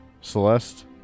Celeste